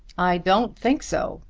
i don't think so,